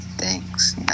Thanks